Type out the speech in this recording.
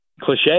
cliche